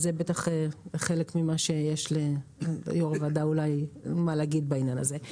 זה חלק ממה שליושב ראש הוועדה יש מה לומר בעניין הזה.